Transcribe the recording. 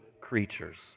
creatures